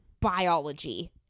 biology